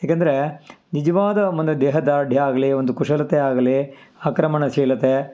ಏಕಂದ್ರೆ ನಿಜವಾದ ಮನ ದೇಹದಾಢ್ಯ ಆಗಲಿ ಒಂದು ಕುಶಲತೆ ಆಗಲಿ ಆಕ್ರಮಣಶೀಲತೆ